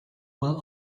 will